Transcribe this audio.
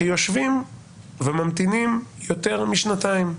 יושבים וממתינים יותר משנתיים?